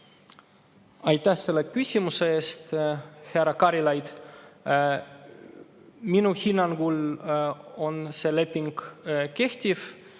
Aitäh selle küsimuse eest, härra Karilaid! Minu hinnangul on see leping kehtiv.